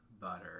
butter